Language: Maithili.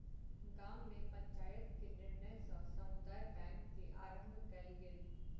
गाम में पंचायत के निर्णय सॅ समुदाय बैंक के आरम्भ कयल गेल